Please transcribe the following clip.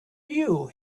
you